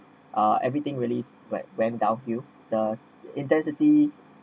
uh everything were really went downhill the intensity